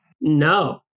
No